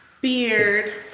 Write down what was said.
beard